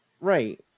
Right